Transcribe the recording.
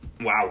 Wow